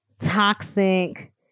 toxic